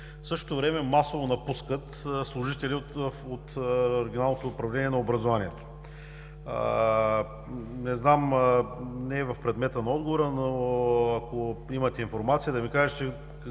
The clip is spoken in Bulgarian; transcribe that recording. В същото време масово напускат служители от Регионалното управление на образованието. Не е в предмета на отговора, но ако имате информация, да ми кажете